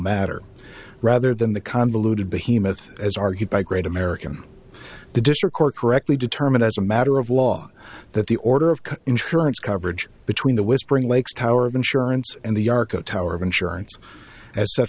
matter rather than the convoluted behemoths as argued by great american the district court correctly determined as a matter of law that the order of insurance coverage between the whispering lakes tower of insurance and the arco tower of insurance as set